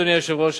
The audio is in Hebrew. אדוני היושב-ראש,